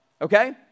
okay